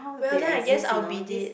well then I guess I will be dead